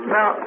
Now